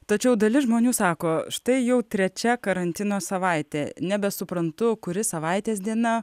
tačiau dalis žmonių sako štai jau trečia karantino savaitė nebesuprantu kuri savaitės diena